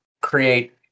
create